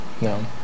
No